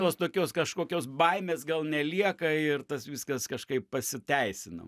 tos tokios kažkokios baimės gal nelieka ir tas viskas kažkaip pasiteisina